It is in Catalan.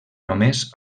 només